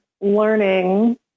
learning